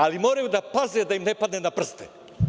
Ali, moraju da paze da im ne padne na prste.